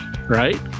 right